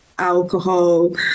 alcohol